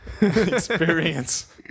experience